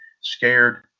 Scared